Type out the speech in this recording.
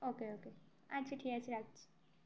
ওকে okay আচ্ছা ঠিক আছে রাখছি